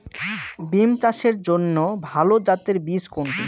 বিম চাষের জন্য ভালো জাতের বীজ কোনটি?